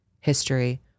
history